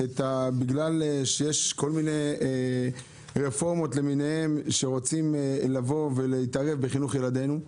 בגלל שיש כל מיני רפורמות למיניהן שרוצות להתערב בחינוך ילדינו,